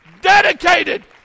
dedicated